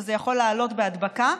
וזה יכול לעלות בהדבקה,